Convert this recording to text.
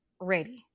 Ready